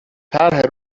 طرح